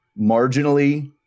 marginally